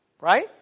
Right